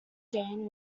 jane